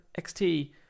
XT